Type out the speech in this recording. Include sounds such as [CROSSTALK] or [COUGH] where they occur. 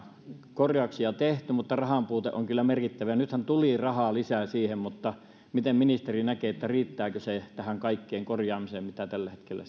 korjauksia tehty mutta rahanpuute on kyllä merkittävä nythän tuli rahaa lisää siihen mutta miten ministeri näkee riittääkö se tähän kaikkeen korjaamiseen mitä tällä hetkellä [UNINTELLIGIBLE]